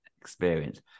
experience